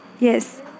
yes